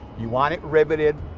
you want it riveted.